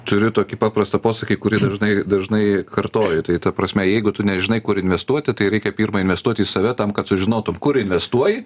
turiu tokį paprastą posakį kurį dažnai dažnai kartoju tai ta prasme jeigu tu nežinai kur investuoti tai reikia pirma investuoti į save tam kad sužinotum kur investuoji